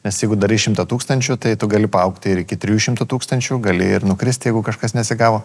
nes jeigu darai šimtą tūkstančių tai tu gali paaugt ir iki trijų šimtų tūkstančių gali ir nukrist jeigu kažkas nesigavo